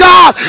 God